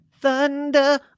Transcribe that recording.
thunder